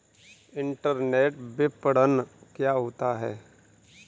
Internet विपणन क्या होता है?